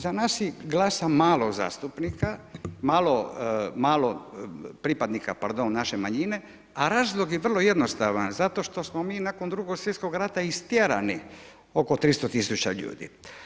Za nas glasa malo zastupnika, malo pripadnika naše manjine a razlog je vrlo jednostavan zato što smo mi nakon Drugog svjetskog rada istjerani oko 300 tisuća ljudi.